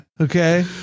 Okay